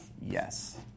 yes